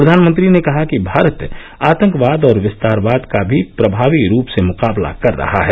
प्रधानमंत्री ने कहा कि भारत आतंकवाद और विस्तारवाद का प्रभावी रूप से मुकाबला कर रहा है